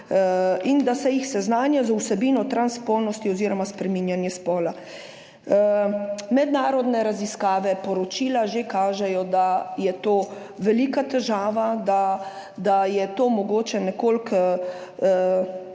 da se jih seznanja z vsebino transspolnosti oziroma spreminjanjem spola. Mednarodne raziskave, poročila že kažejo, da je to velika težava, da je bila to mogoče nekoliko